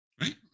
right